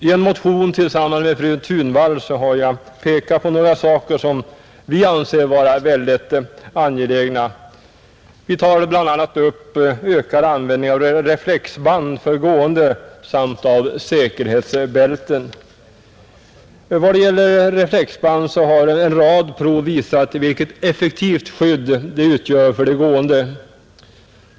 I en motion tillsammans med fru Thunvall har jag pekat på några saker som vi anser vara väldigt angelägna. Vi tar bl.a. upp ökad användning av reflexband för gående samt av säkerhetsbälten. Vad gäller reflexband har en rad prov visat vilket effektivt skydd de utgör för de gående.